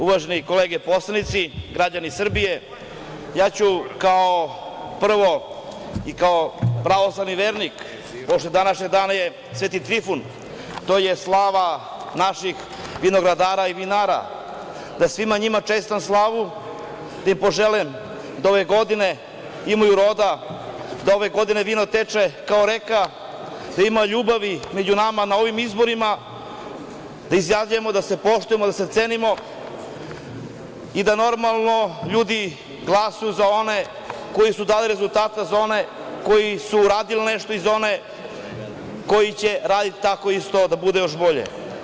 Uvažene kolege poslanici, građani Srbije, kao prvo ja ću kao pravoslavni vernik, pošto je danas Sveti Trifun, slava naših vinogradara i vinara, da svima njima čestitam slavu i da im poželim da ove godine imaju roda, da ove godine vino teče kao reka, da ima ljubavi među nama na ovim izborima, da izjavljujemo da se poštujemo, da se cenimo i da, normalno, ljudi glasaju za one koji su dali rezultata, za one koji su uradili nešto i za one koji će raditi tako isto, da bude još bolje.